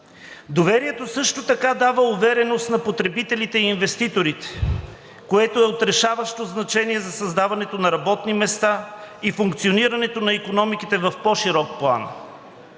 доверието също така дава увереност на потребителите и инвеститорите, което е от решаващо значение за създаването на работни места и функционирането на икономиките в по-широк план.